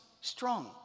strong